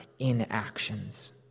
inactions